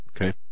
Okay